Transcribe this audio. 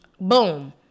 Boom